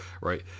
right